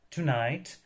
Tonight